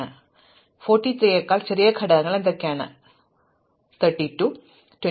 അതിനാൽ ഇവിടെ 43 നെക്കാൾ ചെറിയ ഘടകങ്ങൾ എന്തൊക്കെയാണ് നമുക്ക് 32 22 13 എന്നിവയുണ്ട്